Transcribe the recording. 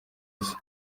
isi